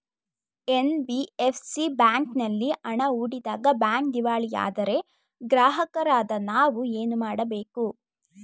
NBFC ಬ್ಯಾಂಕಿನಲ್ಲಿ ಹಣ ಹೂಡಿದಾಗ ಬ್ಯಾಂಕ್ ದಿವಾಳಿಯಾದರೆ ಗ್ರಾಹಕರಾದ ನಾವು ಏನು ಮಾಡಬೇಕು?